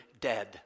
dead